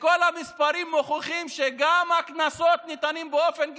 כל המספרים מוכיחים שגם הקנסות ניתנים באופן גזעני.